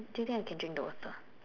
do you think I can drink the water